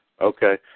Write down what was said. okay